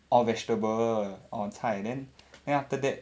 orh vegetable orh 菜 then then after that